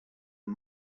and